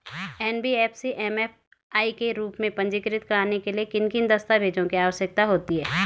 NBFC MFI के रूप में पंजीकृत कराने के लिए किन किन दस्तावेज़ों की आवश्यकता होती है?